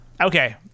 Okay